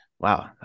Wow